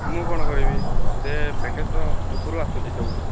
ମୁଁ କଣ କରିବି ସେ ପ୍ୟାକେଜ୍ ତ ଉପରୁ ଆସୁଛି ସବୁ